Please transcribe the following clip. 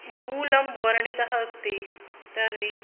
मूलं वर्णितः अस्ति तर्हि